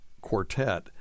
Quartet